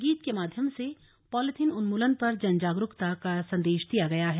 गीत के माध्यम से पॉलिथीन उन्मूलन पर जन जागरूकता का संदेश दिया गया है